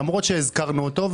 למרות שהזכרנו אותו,